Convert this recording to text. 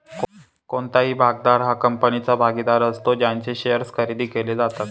कोणताही भागधारक हा कंपनीचा भागीदार असतो ज्यांचे शेअर्स खरेदी केले जातात